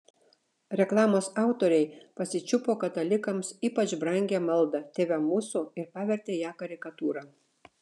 reklamos autoriai pasičiupo katalikams ypač brangią maldą tėve mūsų ir pavertė ją karikatūra